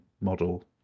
model